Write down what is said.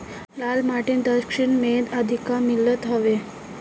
लाल माटी दक्षिण भारत में अधिका मिलत हवे